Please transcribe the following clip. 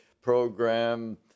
program